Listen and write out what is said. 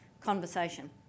conversation